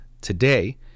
today